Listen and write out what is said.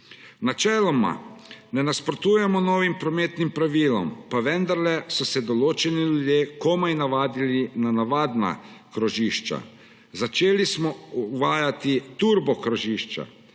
Načeloma ne nasprotujemo novim prometnim pravilom, pa vendarle so se določeni ljudje komaj navadili na navadna krožišča, začeli smo uvajati turbokrožišča.